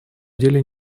деле